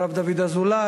הרב דוד אזולאי,